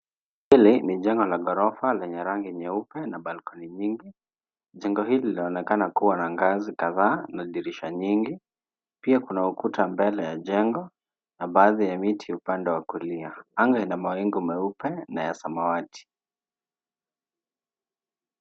Hili ni jengo la ghorofa lenye rangi nyeupe na balcony nyingi. Jengo hili linaonekana kuwa na ngazi kadhaa na dirisha nyingi pia kuna ukuta mbale ya jengo na baadhi ya mti upande wa kulia. Anga ina mawingu meupe na ya samawati.